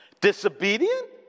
disobedient